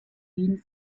wien